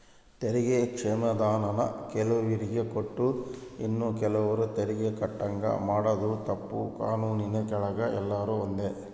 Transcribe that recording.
ತೆರಿಗೆ ಕ್ಷಮಾಧಾನಾನ ಕೆಲುವ್ರಿಗೆ ಕೊಟ್ಟು ಇನ್ನ ಕೆಲುವ್ರು ತೆರಿಗೆ ಕಟ್ಟಂಗ ಮಾಡಾದು ತಪ್ಪು, ಕಾನೂನಿನ್ ಕೆಳಗ ಎಲ್ರೂ ಒಂದೇ